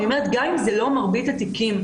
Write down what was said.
גם אם זה לא מרבית התיקים,